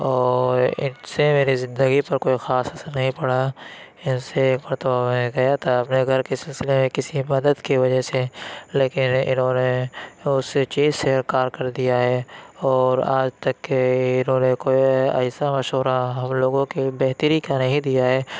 اور ان سے میری زندگی پر کوئی خاص اثر نہیں پڑا ان سے ایک مرتبہ میں گیا تھا اپنے گھر کے سلسلے میں کسی مدد کی وجہ سے لیکن انہوں نے اس چیز سے انکار کر دیا ہے اور آج تک کہ انہوں نے کوئی ایسا مشورہ ہم لوگوں کی بہتری کا نہیں دیا ہے